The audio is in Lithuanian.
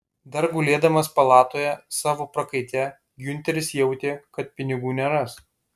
dar gulėdamas palatoje savo prakaite giunteris jautė kad pinigų neras